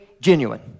genuine